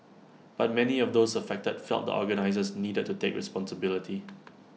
but many of those affected felt the organisers needed to take responsibility